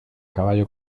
caballo